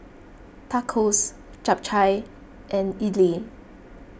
Tacos Japchae and Idili